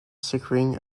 securing